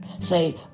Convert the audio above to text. Say